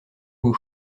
beau